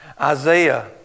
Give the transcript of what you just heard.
Isaiah